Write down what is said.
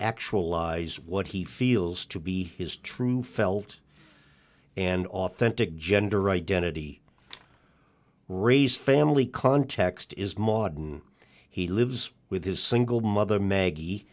actualize what he feels to be his true felt and authentic gender identity raise family context is modern he lives with his single mother maggie